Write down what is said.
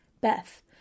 Beth